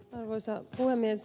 arvoisa puhemies